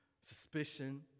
suspicion